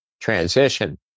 transition